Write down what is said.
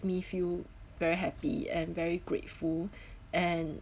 me feel very happy and very grateful and